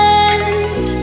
end